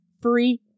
free